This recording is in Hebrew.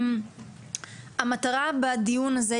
המטרה בדיון הזה,